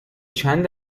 چند